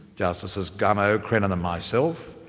justices gummow, crennan and myself,